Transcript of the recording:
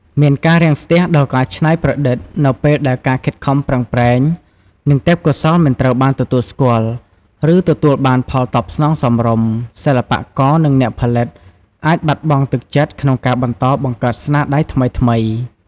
មានការរាំងស្ទះដល់ការច្នៃប្រឌិតនៅពេលដែលការខិតខំប្រឹងប្រែង និងទេពកោសល្យមិនត្រូវបានទទួលស្គាល់ ឬទទួលបានផលតបស្នងសមរម្យ សិល្បករ និងអ្នកផលិតអាចបាត់បង់ទឹកចិត្តក្នុងការបន្តបង្កើតស្នាដៃថ្មីៗ។